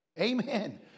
amen